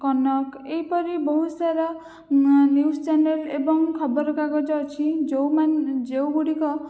କନକ ଏହିପରି ବହୁତ୍ ସାରା ନ୍ୟୁଜ୍ ଚ୍ୟାନେଲ୍ ଏବଂ ଖବର କାଗଜ ଅଛି ଯେଉଁ ଯେଉଁ ଗୁଡ଼ିକ